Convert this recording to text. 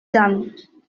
done